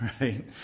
right